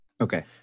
Okay